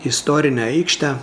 istorinę aikštę